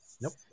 Nope